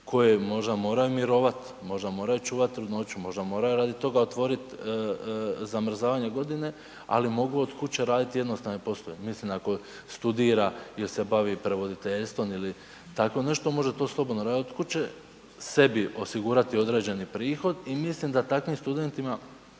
koje možda moraju mirovati, možda moraju čuvat trudnoću, možda moraju radi toga otvorit zamrzavanje godine ali mogu od kuće radit jednostavne poslove. Mislim ako studira ili se bavi prevoditeljstvom ili tako nešto, može to slobodno radit od kuće, sebi osigura određeni prihod i mislim da takvim studentima